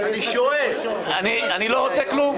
אני לא רוצה כלום.